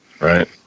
Right